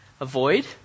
avoid